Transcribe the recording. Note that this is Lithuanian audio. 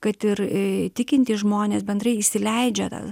kad ir įtikinti žmones bendrai įsileidžia tą